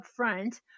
upfront